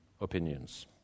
opinions